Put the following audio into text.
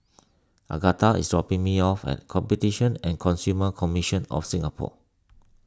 Agatha is dropping me off at Competition and Consumer Commission of Singapore